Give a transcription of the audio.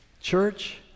Church